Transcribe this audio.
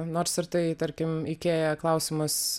nors ir tai tarkim ikėja klausimas